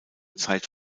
zeit